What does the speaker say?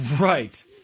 Right